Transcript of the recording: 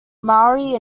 maori